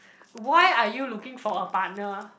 why are you looking for a partner